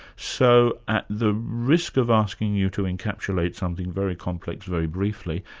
so at the risk of asking you to encapsulate something very complex, very briefly,